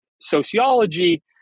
sociology